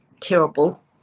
terrible